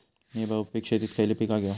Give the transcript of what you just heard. मी बहुपिक शेतीत खयली पीका घेव?